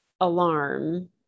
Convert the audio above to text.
alarm